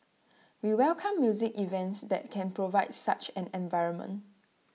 we welcome music events that can provide such an environment